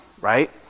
right